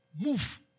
Move